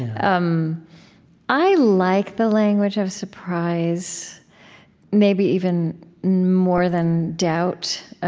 um i like the language of surprise maybe even more than doubt,